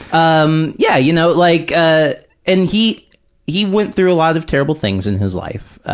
um yeah, you know, like, ah and he he went through a lot of terrible things in his life.